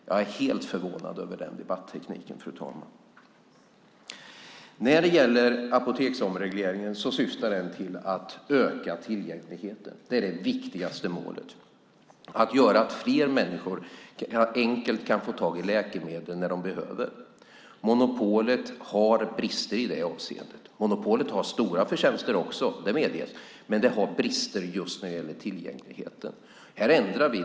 Jag är helt förvånad över den debattekniken, fru talman. Apoteksomregleringen syftar till att öka tillgängligheten. Det viktigaste målet är att göra att fler människor enkelt kan få tag i läkemedel när de behöver det. Monopolet har brister i det avseendet. Monopolet har stora förtjänster, det medges, men det har brister just när det gäller tillgängligheten. Här ändrar vi.